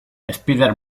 spider